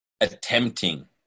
attempting